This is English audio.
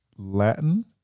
Latin